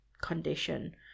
condition